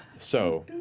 so.